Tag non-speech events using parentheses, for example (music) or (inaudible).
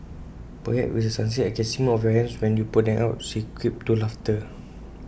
perhaps if it's succinct I can see more of your hands when you put them up she quipped to laughter (noise)